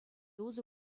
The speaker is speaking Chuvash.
усӑ